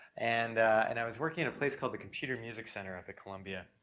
and and i was working at a place called the computer music center up at columbia,